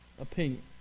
Opinion